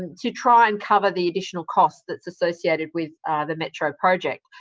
to try and cover the additional cost that associated with the metro project.